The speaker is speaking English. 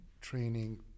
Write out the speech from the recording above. training